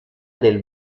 del